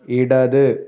ഇടത്